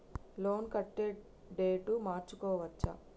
Loan కట్టే date మార్చుకోవచ్చా?